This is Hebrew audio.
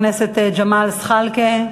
חבר הכנסת ג'מאל זחאלקה,